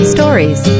Stories